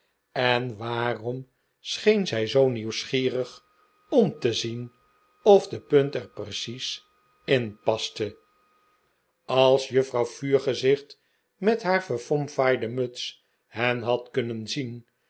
en waarom scheen zij zoo nieuwsgierig om te zien of de punt er precies in paste als juffrouw vuurgezicht met haar verfomfaaide muts hen had kunnen zien